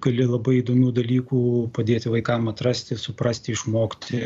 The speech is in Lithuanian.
gali labai įdomių dalykų padėti vaikam atrasti suprasti išmokti